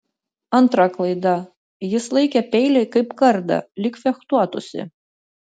antra klaida jis laikė peilį kaip kardą lyg fechtuotųsi